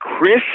Chris